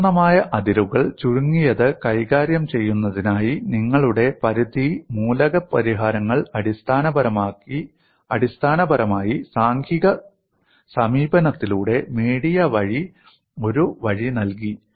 സങ്കീർണ്ണമായ അതിരുകൾ ചുരുങ്ങിയത് കൈകാര്യം ചെയ്യുന്നതിനായി നിങ്ങളുടെ പരിധി മൂലക പരിഹാരങ്ങൾ അടിസ്ഥാനപരമായി സാംഖിക സമീപനത്തിലൂടെ മീഡിയ വഴി ഒരു വഴി നൽകി